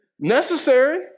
Necessary